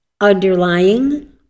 underlying